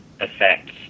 effects